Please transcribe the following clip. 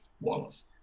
Wallace